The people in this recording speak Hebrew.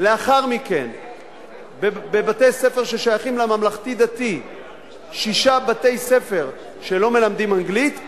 לאחר מכן בבתי-ספר ששייכים לממלכתי-דתי שישה בתי-ספר שלא מלמדים אנגלית,